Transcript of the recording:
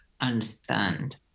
understand